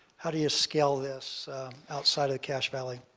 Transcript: how do you scale this outside of cache valley?